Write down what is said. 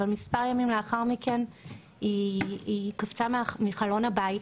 וכמה ימים לאחר מכן היא קפצה מחלון הבית.